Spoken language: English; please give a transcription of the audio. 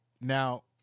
now